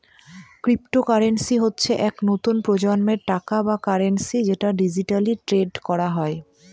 cryptocurrency হচ্ছে এক নতুন প্রজন্মের টাকা বা কারেন্সি যেটা ডিজিটালি ট্রেড করা হয়